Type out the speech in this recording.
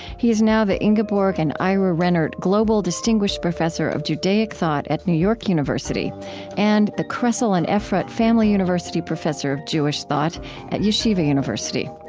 he is now the ingeborg and ira rennert global distinguished professor of judaic thought at new york university and the kressel and ephrat family university professor of jewish thought at yeshiva university.